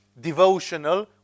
devotional